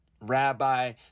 rabbi